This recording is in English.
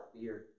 fear